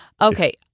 okay